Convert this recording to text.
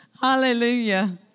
Hallelujah